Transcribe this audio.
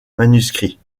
manuscrits